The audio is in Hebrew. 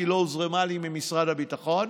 כי לא הוזרמה לי ממשרד הביטחון,